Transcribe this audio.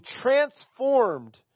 transformed